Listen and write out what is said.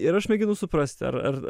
ir aš mėginu suprasti ar ar